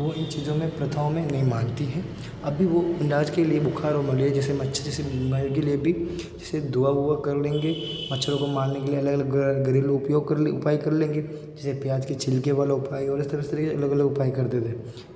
वो इन चीज़ों में प्रथाओं में नहीं मानती है अब भी वो इलाज के लिए बुख़ार और मलेरिया जैसे मच्छर जैसी बीमारियों के लिए भी जैसे दुआ हुआ कर लेंगे मच्छरों को मारने के लिए अलग अलग घ घरेलू उपयोग कर ले उपाय कर लेंगे जैसे प्याज़ के छिलके वाला उपाय और इस तरह से अलग अलग उपाय करते थे